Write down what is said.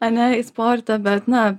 ane į sportą bet na